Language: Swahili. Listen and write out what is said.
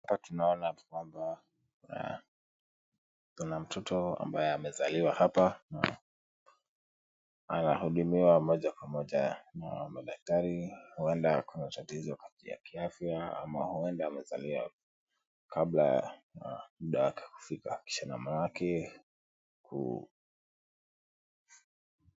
Hapa tunaona kwamba kuna mtoto ambaye amezaliwa hapa na anahudumiwa moja kwa moja na madaktari, huenda ako na tatizo la kiafya, ama huenda amezaliwa kabla ya muda wake kufika, kisha manake ku.....